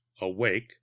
awake